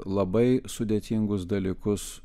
labai sudėtingus dalykus